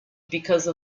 because